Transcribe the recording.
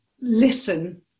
listen